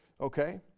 okay